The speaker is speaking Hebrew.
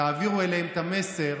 סיעת המשותפת,